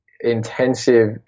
intensive